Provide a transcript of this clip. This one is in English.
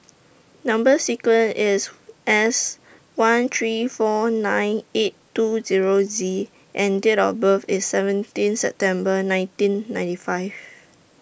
Number sequence IS S one three four nine eight two Zero Z and Date of birth IS seventeen September nineteen ninety five